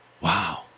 Wow